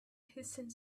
hissing